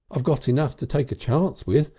i've got enough to take a chance with,